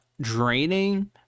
draining